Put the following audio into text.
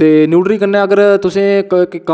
ते न्यूटरी कन्नै अगर तुसें इक्क